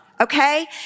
okay